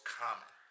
common